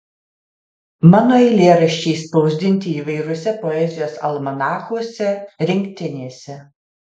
mano eilėraščiai spausdinti įvairiuose poezijos almanachuose rinktinėse